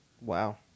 Wow